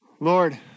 Lord